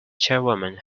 chairwoman